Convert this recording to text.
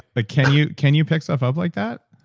ah can you can you pick stuff up like that?